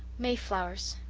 mayflowers!